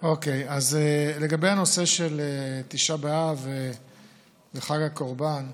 לגבי הנושא של תשעה באב וחג הקורבן,